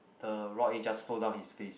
the raw egg just flow down his face